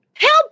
Help